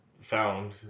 found